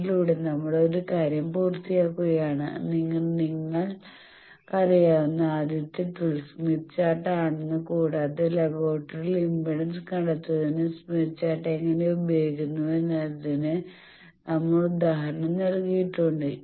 ഇതിലൂടെ നമ്മൾ ഒരു കാര്യം പൂർത്തിയാക്കുകയാണ് നിങ്ങൾക്ക് അറിയാവുന്ന ആദ്യത്തെ ടൂൾ സ്മിത്ത് ചാർട്ട് ആണെന്ന് കൂടാതെ ലബോറട്ടറിയിൽ ഇംപഡൻസ് കണ്ടെത്തുന്നതിന് സ്മിത്ത് ചാർട്ട് എങ്ങനെ ഉപയോഗിക്കുന്നു എന്നതിന് നമ്മൾ ഉദാഹരണം നൽകിയിട്ടുണ്ട്